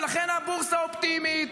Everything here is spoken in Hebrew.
ולכן הבורסה אופטימית,